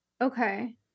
Okay